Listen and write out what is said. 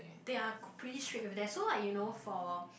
they are quick pretty strict with that so like you know for